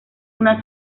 una